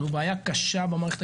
זאת בעיה קשה במערכת הישראלית,